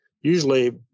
usually